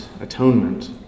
atonement